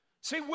See